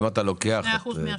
ל-2% מהשוק?